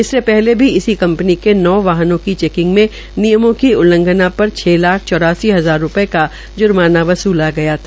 इससे पहले भी इसी कपंनीके नौ वाहनों की चैकिंग में नियमों की उल्लघंना पर छ लाख चौरासी हज़ार का जुर्माना वसूला गया था